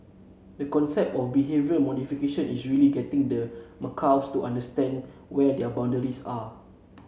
the concept of behavioural modification is really getting the macaques to understand where their boundaries are